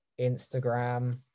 instagram